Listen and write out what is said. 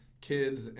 kids